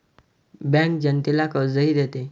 bank जनतेला कर्जही देते